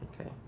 Okay